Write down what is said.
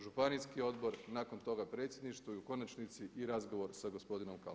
Županijski odbor, nakon toga predsjedništvo i u konačnici i razgovor sa gospodinom Kalmetom.